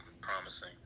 promising